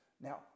Now